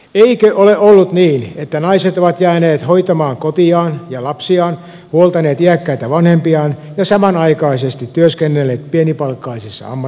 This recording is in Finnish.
eikö ole ollut niin että naiset ovat jääneet hoitamaan kotiaan ja lapsiaan huoltaneet iäkkäitä vanhempiaan ja samanaikaisesti työskennelleet pienipalkkaisissa ammateissa